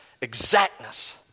Exactness